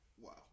wow